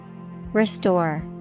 Restore